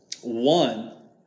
One